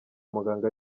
muganga